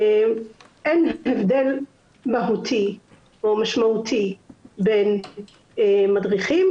אין הבדל מהותי או משמעותי בין מדריכים